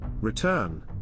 Return